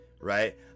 right